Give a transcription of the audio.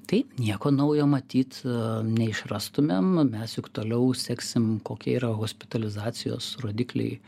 taip nieko naujo matyt neišrastumėm mes juk toliau seksim kokie yra hospitalizacijos rodikliai